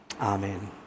Amen